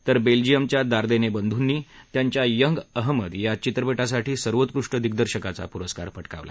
तर बेल्जिअमच्या दार्देने बंधुंनी त्यांच्या यंग अहमद या चित्रपटासाठी सर्वोत्कृष्ट दिम्दर्शकाचा पुरस्कार पटकावला